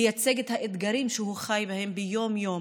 לייצג את האתגרים שהוא חי בהם ביום-יום,